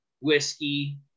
whiskey